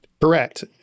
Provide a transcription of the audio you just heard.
Correct